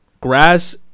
grass